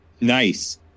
Nice